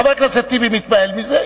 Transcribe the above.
חבר הכנסת טיבי מתפעל מזה,